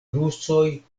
rusoj